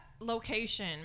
location